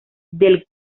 del